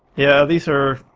yeah these are